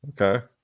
Okay